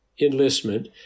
enlistment